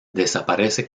desaparece